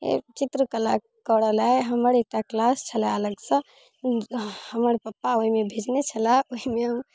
चित्र कला करऽ ला हमर एकटा क्लास छलऽ अलगसँ हमर पप्पा ओइमे भेजने छलाह ओइमे